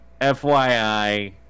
FYI